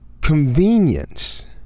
convenience